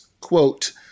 quote